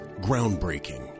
Groundbreaking